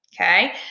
okay